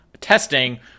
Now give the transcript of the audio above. testing